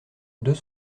deux